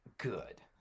good